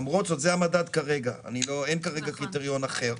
למרות זאת, זה המדד כרגע, אין כרגע קריטריון אחר.